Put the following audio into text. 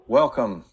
welcome